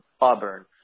Auburn